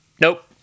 nope